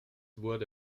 wurde